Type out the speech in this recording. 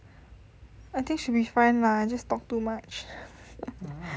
I think should be fine lah I just talk too much